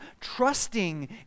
trusting